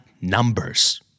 numbers